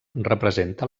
representa